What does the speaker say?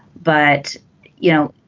but you know